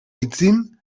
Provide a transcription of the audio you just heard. aitzin